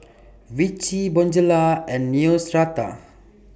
Vichy Bonjela and Neostrata